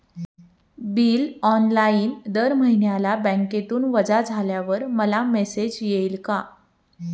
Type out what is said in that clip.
Bill online दर महिन्याला बँकेतून वजा झाल्यावर मला मेसेज येईल का?